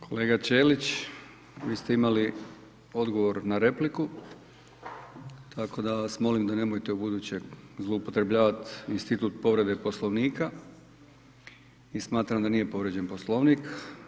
Kolega Ćelić, vi ste imali odgovor na repliku, tako da vas molim da nemojte ubuduće zloupotrebljavati institut povrede Poslovnika i smatram da nije povrijeđen Poslovnik.